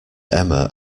emma